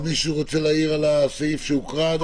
יש עוד הערות על הסעיף שהוקרא?